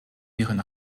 ihren